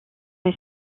est